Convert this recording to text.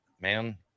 man